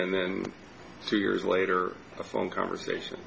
and then two years later a phone conversation